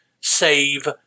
save